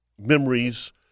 memories